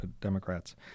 Democrats